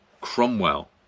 Cromwell